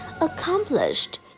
accomplished